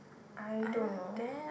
I don't know